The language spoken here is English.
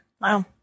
wow